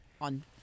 on